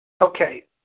okay